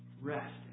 Rest